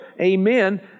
amen